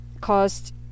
caused